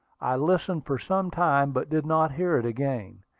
i listened for some time but did not hear it again,